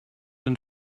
den